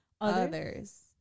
others